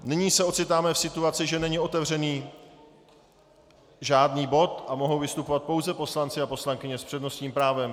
Nyní se ocitáme v situaci, že není otevřený žádný bod a mohou vystupovat pouze poslanci a poslankyně s přednostním právem.